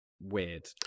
weird